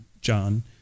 John